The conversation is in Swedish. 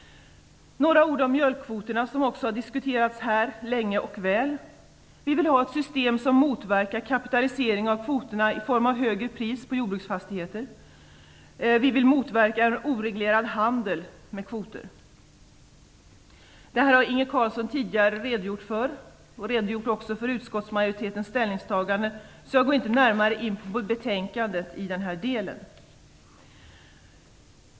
Några ord om mjölkkvoterna, som också har diskuterats här länge och väl. Vi vill ha ett system som motverkar kapitalisering av kvoterna i form av högre pris på jordbruksfastigheter, och vi vill motverka en oreglerad handel med kvoter. Detta har Inge Carlsson tidigare redogjort för. Han har också redogjort för utskottsmajoritetens ställningstagande, varför jag inte närmare går in på betänkandet i den delen.